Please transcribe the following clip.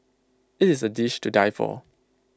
IT is A dish to die for